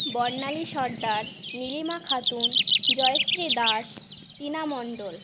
Barnali Sardar Nilima Khatun Jayashree Das Tina Mondal